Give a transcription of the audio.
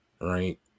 right